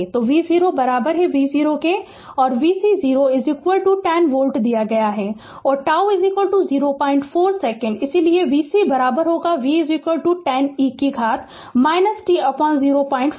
तो v0 v0 v c 0 10 volt दिया गया है और τ 04 सेकंड इसलिए v c v 10 e कि घात t04